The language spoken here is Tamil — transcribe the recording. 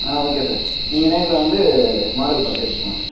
ஆ ஓகே சார் நீங்கள் நேரில் வந்து மாடல் பார்த்து எடுத்துக்கலாம் சார்